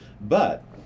But-